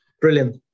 Brilliant